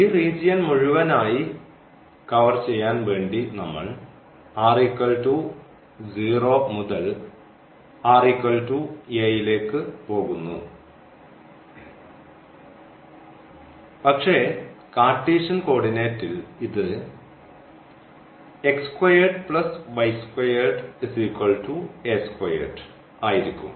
ഈ റീജിയൻ മുഴുവനായി ആയി കവർ ചെയ്യാൻ വേണ്ടി നമ്മൾ r 0 മുതൽ r a ലേക്ക് പോകുന്നു പക്ഷേ കാർട്ടീഷ്യൻ കോർഡിനേറ്റിൽ ഇത് ആയിരിക്കും